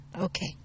okay